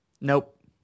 Nope